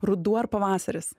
ruduo ar pavasaris